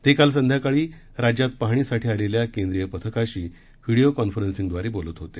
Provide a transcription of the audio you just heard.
ते काल संध्याकाळी राज्यात पाहणीसाठी आलेल्या केंद्रीय पथकाशी व्हीडीओ कॉन्फरन्सिंगद्वारे बोलत होते